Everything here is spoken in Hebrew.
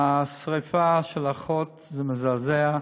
השרפה של האחות זה מזעזע.